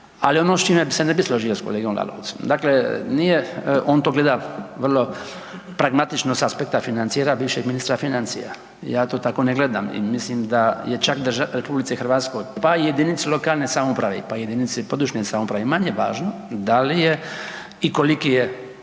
Ali ono s čime se ne bi složio s kolegom Lalovcem, dakle nije, on to gleda vrlo pragmatično s aspekta financijera bivšeg ministra financija, ja to tako ne gledam i mislim da je čak RH, pa i JLS-u, pa i jedinici područne samouprave, manje važno da li je i koliki je